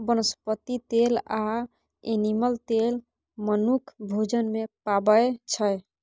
बनस्पति तेल आ एनिमल तेल मनुख भोजन मे पाबै छै